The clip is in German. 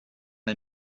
der